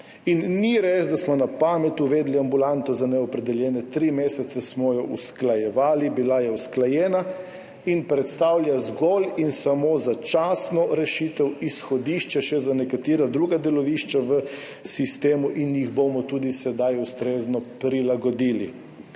In ni res, da smo na pamet uvedli ambulanto za neopredeljene. Tri mesece smo jo usklajevali, bila je usklajena in predstavlja zgolj in samo začasno rešitev, izhodišče za še nekatera druga delovišča v sistemu in jih bomo tudi sedaj ustrezno prilagodili.